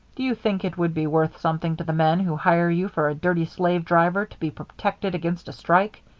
do you think it would be worth something to the men who hire you for a dirty slave-driver to be protected against a strike?